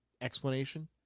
explanation